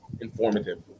informative